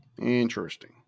Interesting